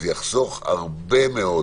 זה יחסוך הרבה מאוד